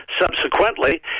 subsequently